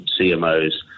CMO's